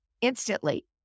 instantly